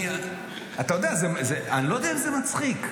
אתה יודע, אני לא יודע אם זה מצחיק.